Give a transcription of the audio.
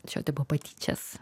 šio tipo patyčias